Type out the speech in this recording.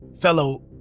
fellow